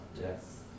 Yes